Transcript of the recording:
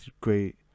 great